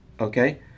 Okay